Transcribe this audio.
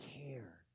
care